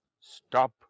Stop